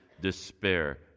despair